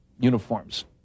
Uniforms